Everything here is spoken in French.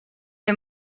est